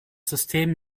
system